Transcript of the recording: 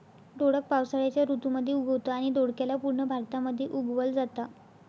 दोडक पावसाळ्याच्या ऋतू मध्ये उगवतं आणि दोडक्याला पूर्ण भारतामध्ये उगवल जाता